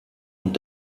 und